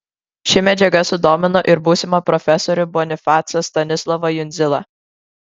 ši medžiaga sudomino ir būsimą profesorių bonifacą stanislovą jundzilą